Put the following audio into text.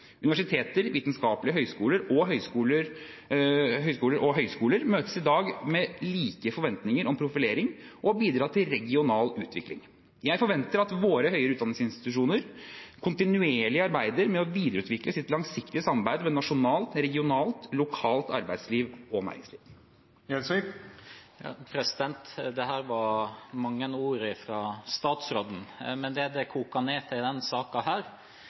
Universiteter, vitenskapelige høyskoler og høyskoler møtes i dag med like forventninger om profilering og om å bidra til regional utvikling. Jeg forventer at våre høyere utdanningsinstitusjoner kontinuerlig arbeider med å videreutvikle sitt langsiktige samarbeid med nasjonalt, regionalt og lokalt arbeids- og næringsliv. Det var mange ord fra statsråden, men det det koker ned til i